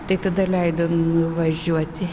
tai tada leido nuvažiuoti